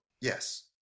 Yes